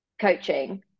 coaching